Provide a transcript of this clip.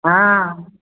हँ